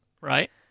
Right